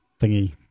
thingy